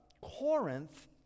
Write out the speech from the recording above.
Corinth